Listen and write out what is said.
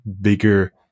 bigger